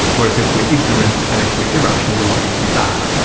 whereas if we're ignorant and if we're irrational we're likely to be bad.